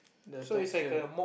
the texture